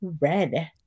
red